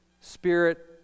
spirit